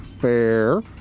Fair